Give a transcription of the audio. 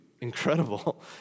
Incredible